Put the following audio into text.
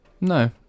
No